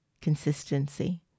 consistency